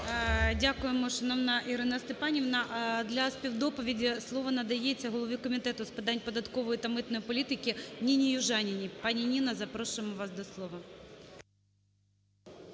Дякуємо, шановна Ірина Степанівна. Для співдоповіді слово надається голові Комітету з питань податкової та митної політики Ніні Южаніній. Пані Ніно, запрошуємо вас до слова.